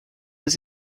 des